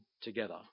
together